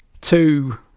Two